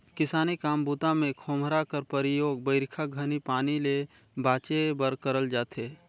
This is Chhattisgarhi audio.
किसानी काम बूता मे खोम्हरा कर परियोग बरिखा घनी पानी ले बाचे बर करल जाथे